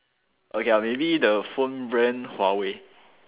okay lah maybe the phone brand Huawei